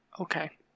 Okay